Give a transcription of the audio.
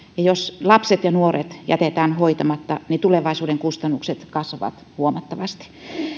jos lapset ja nuoret jätetään hoitamatta niin tulevaisuuden kustannukset kasvavat huomattavasti